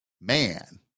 man